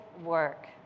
work